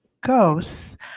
ghosts